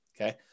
Okay